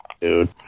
dude